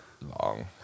long